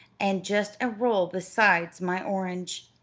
and just a roll besides my orange.